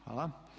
Hvala.